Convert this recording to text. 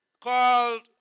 called